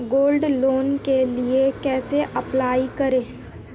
Gold loan के लिए कैसे अप्लाई करें?